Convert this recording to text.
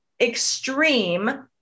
extreme